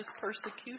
persecution